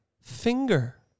finger